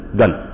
done